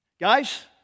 Guys